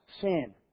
sin